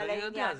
אני יודע.